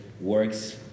works